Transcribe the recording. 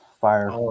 fire